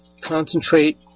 concentrate